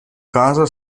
casa